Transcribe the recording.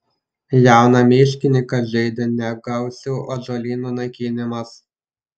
jauną miškininką žeidė negausių ąžuolynų naikinimas